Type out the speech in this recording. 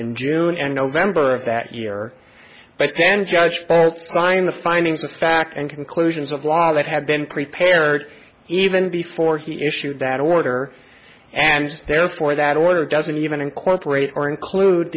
in june and november of that year but then judge bat signed the findings of fact and conclusions of law that had been prepared even before he issued that order and therefore that order doesn't even incorporate or include